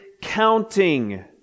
counting